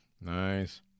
Nice